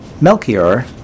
Melchior